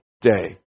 day